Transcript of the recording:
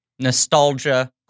nostalgia